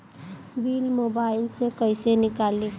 Bill mobile से कईसे निकाली?